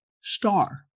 Star